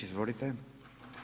Izvolite.